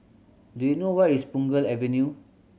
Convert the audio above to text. do you know where is Punggol Avenue